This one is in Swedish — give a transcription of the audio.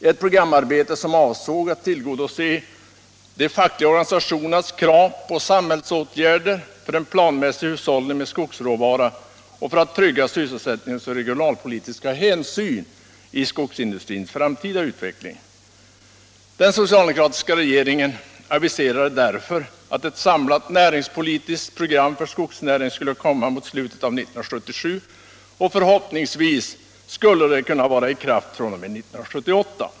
Detta programarbete avsåg att tillgodose de fackliga organisationernas krav på samhällsåtgärder för en planmässig hushållning med skogsråvaran för att trygga sysselsättningsoch regionalpolitiska hänsyn i skogsindustrins framtida utveckling. Den socialdemokratiska regeringen aviserade därför att ett samlat näringspolitiskt program för skogsnäringen skulle komma mot slutet av 1977, och förhoppningsvis skulle det kunna vara i kraft fr.o.m. 1978.